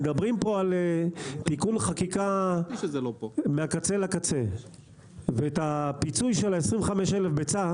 היקף המכסה שלו שמזכה בפיצוי וגם המכסה